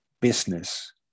business